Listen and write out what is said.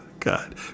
god